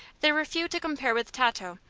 there were few to compare with tato,